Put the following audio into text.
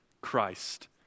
Christ